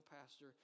pastor